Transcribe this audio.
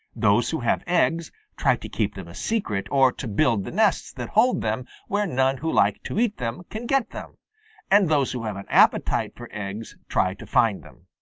those who have eggs try to keep them a secret or to build the nests that hold them where none who like to eat them can get them and those who have an appetite for eggs try to find them.